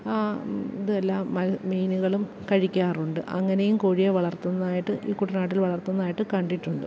ആ ഇതെല്ലാം മൽ മീനുകളും കഴിക്കാറുണ്ട് അങ്ങനെയും കോഴിയെ വളർത്തുന്നതായിട്ട് ഈ കുട്ടനാട്ടിൽ വളർത്തുന്നതായിട്ട് കണ്ടിട്ടുണ്ട്